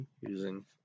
using